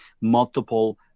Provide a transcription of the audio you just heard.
multiple